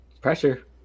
Pressure